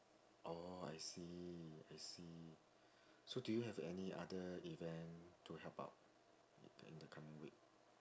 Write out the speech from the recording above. oh I see I see so do you have any other event to help out in t~ in the coming week